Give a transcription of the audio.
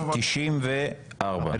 הצבעה בעד 4 נגד 7 נמנעים אין לא אושר.